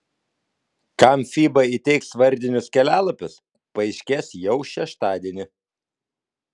kam fiba įteiks vardinius kelialapius paaiškės jau šeštadienį